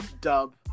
dub